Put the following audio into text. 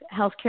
healthcare